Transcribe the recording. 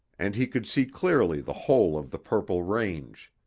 and he could see clearly the whole of the purple range.